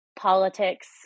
politics